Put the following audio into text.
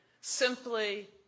simply